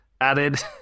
added